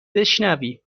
بشنویم